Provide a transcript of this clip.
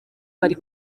bari